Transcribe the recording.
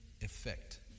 effect